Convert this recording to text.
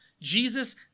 Jesus